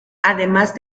además